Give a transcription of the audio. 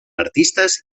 artistes